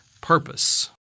purpose